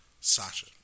Sasha